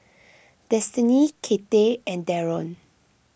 Destiney Cathy and Darryn